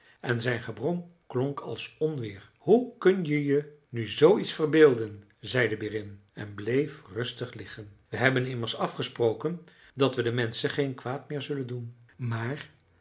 en zijn gebrom klonk als een onweer hoe kun je je nu zooiets verbeelden zei de berin en bleef rustig liggen we hebben immers afgesproken dat we den menschen geen kwaad meer zullen doen maar